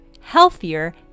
healthier